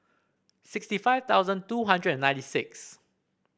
sixty five thousand two hundred and ninety six